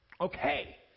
Okay